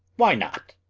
why not?